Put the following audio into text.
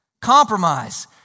Compromise